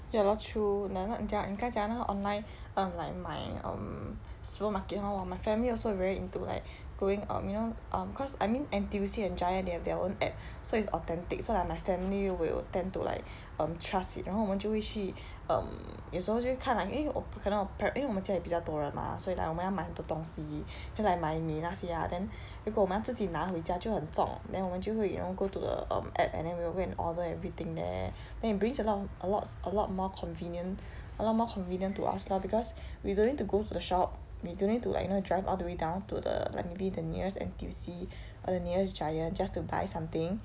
ya lor true like 刚才你讲的那个 online um like 买 um supermarket hor my family also very into like going um you know um cause I mean N_T_U_C and Giant they have their own app so it's authentic so like my family will tend to like um trust it 然后我们就会去 um 有时候就看 like eh 我 par~ 可能我 par~ 因为我们家里比较多人 mah 所以我们要 like 买很多东西 then like 买米那些 ah then 如果我们要自己拿回家就很重 then 我们就会 you know go to the um app and then we will go and order everything there then it brings a lot of a lots a lot more convenient a lot more convenient to us lor because we don't need to go to the shop we don't need to like you know drive all the way down to the like maybe the nearest N_T_U_C or like the nearest Giant just to buy something